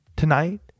tonight